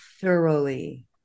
thoroughly